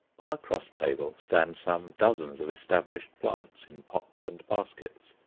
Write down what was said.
on a cross table stand some dozens of established plants in pots and baskets,